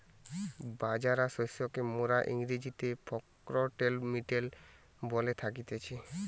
বাজরা শস্যকে মোরা ইংরেজিতে ফক্সটেল মিলেট বলে থাকতেছি